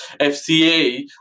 FCA